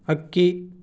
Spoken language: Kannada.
ಹಕ್ಕಿ